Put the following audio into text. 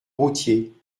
routier